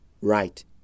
right